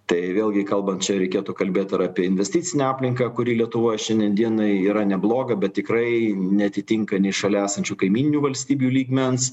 tai vėlgi kalbant čia reikėtų kalbėt ir apie investicinę aplinką kuri lietuvoj šiandien dienai yra nebloga bet tikrai neatitinka nei šalia esančių kaimyninių valstybių lygmens